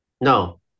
no